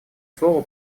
слово